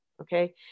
Okay